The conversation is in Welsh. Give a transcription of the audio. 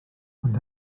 ond